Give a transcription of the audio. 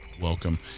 welcome